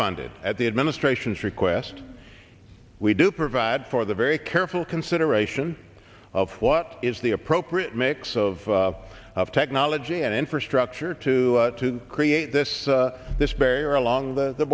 funded at the administration's request we do provide for the very careful consideration of what is the appropriate mix of of technology and infrastructure to to create this this barrier along the